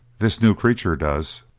this new creature does.